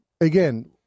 again